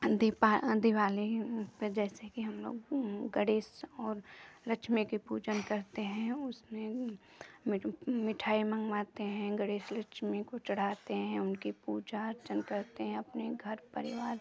दीपा दिवाली पे जैसे कि हम लोग गणेश और लक्ष्मी की पूजन करते हैं उसमें मिठाई मँगवाते हैं गणेश लक्ष्मी को चढ़ाते हैं उनकी पूजा अर्चन करते हैं अपने घर